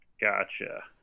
Gotcha